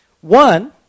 One